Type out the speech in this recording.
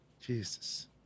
Jesus